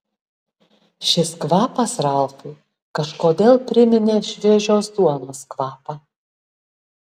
šis kvapas ralfui kažkodėl priminė šviežios duonos kvapą